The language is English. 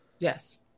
Yes